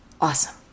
awesome